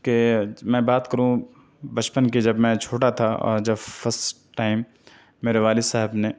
کہ میں بات کروں پچپن کی جب میں چھوٹا تھا اور جب فرسٹ ٹائم میرے والد صاحب نے